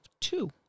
two